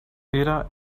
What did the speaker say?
era